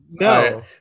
no